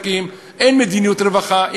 אין מדיניות רווחה.